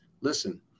listen